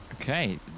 Okay